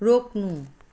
रोक्नु